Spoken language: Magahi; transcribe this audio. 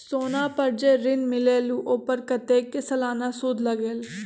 सोना पर जे ऋन मिलेलु ओपर कतेक के सालाना सुद लगेल?